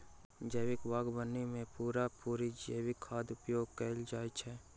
जैविक बागवानी मे पूरा पूरी जैविक खादक उपयोग कएल जाइत छै